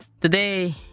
today